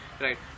right